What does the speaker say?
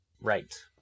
Right